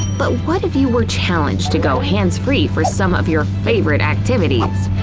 but what if you were challenged to go hands-free for some of your favorite activities?